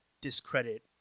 discredit